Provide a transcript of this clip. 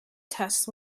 test